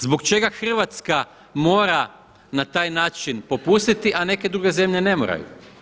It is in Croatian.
Zbog čega Hrvatska mora na taj način popustiti, a neke druge zemlje ne moraju?